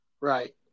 Right